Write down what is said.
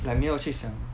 like 没有去想